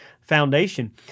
foundation